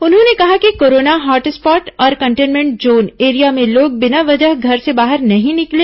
उन्होंने कहा कि कोरोना हॉटस्पॉट और कंटेनमेंट जोन एरिया में लोग बिना वजह घर से बाहर नहीं निकले